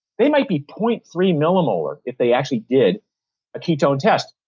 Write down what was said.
they might be point three millimolar if they actually did a ketone test.